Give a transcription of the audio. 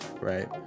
right